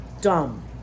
Dumb